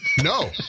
No